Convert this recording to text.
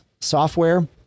software